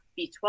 b12